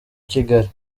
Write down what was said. kigali